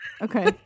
Okay